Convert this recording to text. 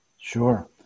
Sure